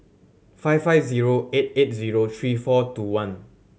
five five zero eight eight zero three four two one